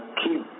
keep